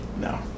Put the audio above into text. No